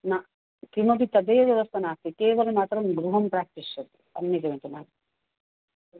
न किमपि तदेव व्यवस्था नास्ति केवलम् अत्र गृहं प्राप्स्यति अन्यद् किमपि ना